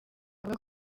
avuga